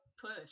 push